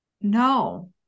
No